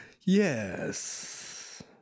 yes